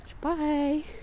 bye